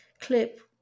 clip